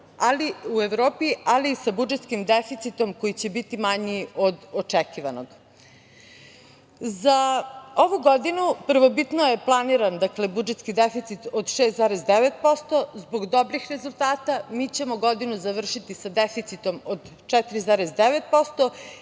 ali i sa budžetskim deficitom koji će biti manji od očekivanog.Za ovu godinu prvobitno je planiran, dakle, budžetski deficit od 6,9%. Zbog dobrih rezultata mi ćemo godinu završiti sa deficitom od 4,9%,